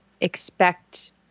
Expect